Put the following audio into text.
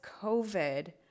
COVID